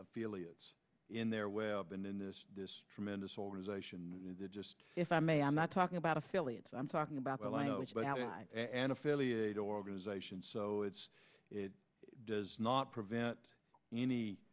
affiliate in their web and then this this tremendous organization that just if i may i'm not talking about affiliates i'm talking about an affiliate organization so it's it does not prevent any